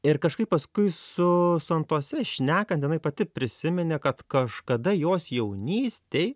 ir kažkaip paskui su su antose šnekant jinai pati prisiminė kad kažkada jos jaunystėj